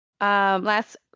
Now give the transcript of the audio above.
last